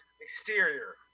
Exterior